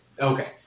Okay